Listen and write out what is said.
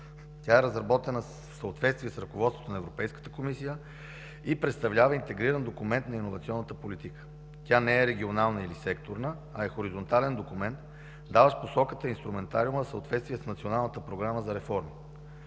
Тя е разработена в съответствие с ръководството на Европейската комисия и представлява интегриран документ на иновационната политика. Стратегията не е регионална или секторна, а е хоризонтален документ, даващ посоката и инструментариума в съответствие с Националната програма за реформи.